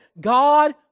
God